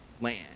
land